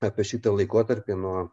apie šitą laikotarpį nuo